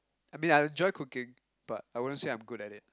I mean I enjoy cooking but I wouldn't say I'm good at it